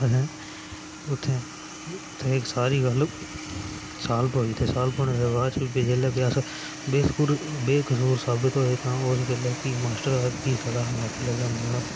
असें उत्थै उत्थै सारी गल्ल साल पेई ते साल पौने दे बाद अस बेकसूर साबत होए बेकसूर ते उस बेल्लै फ्ही मास्टर फ्ही साढ़े कशा माफी लेआ मंगना